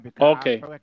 Okay